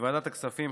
בוועדת הכספים,